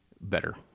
better